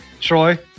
troy